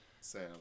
Sam